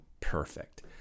perfect